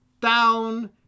down